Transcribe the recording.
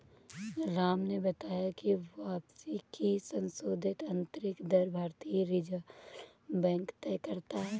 राम ने बताया की वापसी की संशोधित आंतरिक दर भारतीय रिजर्व बैंक तय करता है